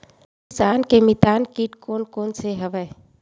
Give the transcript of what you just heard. किसान के मितान कीट कोन कोन से हवय?